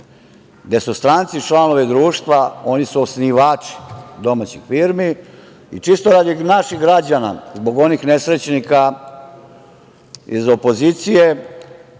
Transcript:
gde su stranci članovi društva, oni su osnivači domaćih firmi. Čisto radi naših građana, zbog onih nesrećnika iz opozicije